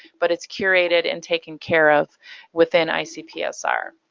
but it's curated and taken care of within icpsr.